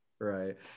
Right